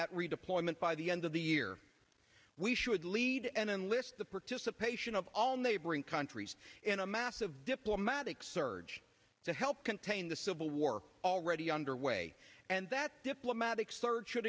that redeployment by the end of the year we should lead and enlist the participation of all neighboring countries in a massive diplomatic surge to help contain the civil war already underway and that diplomatic surge should